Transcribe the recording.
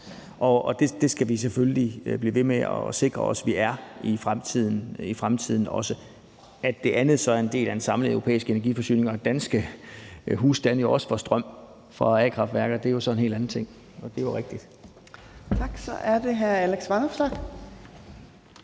og det skal vi selvfølgelig blive ved med at sikre os at vi også er i fremtiden. At det andet så er en del af en samlet europæisk energiforsyning, og at danske husstande også får strøm fra a-kraftværker – og det er jo rigtigt – er så en helt anden ting. Kl.